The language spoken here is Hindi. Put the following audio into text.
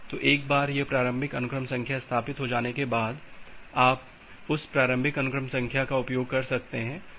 तो एक बार यह प्रारंभिक अनुक्रम संख्या स्थापित हो जाने के बाद आप उस प्रारंभिक अनुक्रम संख्या का उपयोग कर सकते हैं